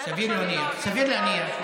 סביר להניח.